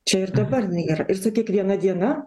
čia ir dabar jinai yra ir su kiekviena diena